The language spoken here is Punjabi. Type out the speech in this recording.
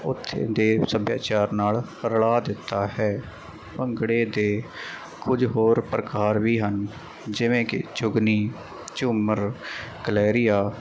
ਉੱਥੇ ਦੇ ਸੱਭਿਆਚਾਰ ਨਾਲ ਰਲਾ ਦਿੱਤਾ ਹੈ ਭੰਗੜੇ ਦੇ ਕੁਝ ਹੋਰ ਪ੍ਰਕਾਰ ਵੀ ਹਨ ਜਿਵੇਂ ਕਿ ਜੁਗਨੀ ਝੂਮਰ ਕਲਹਿਰੀਆ